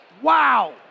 Wow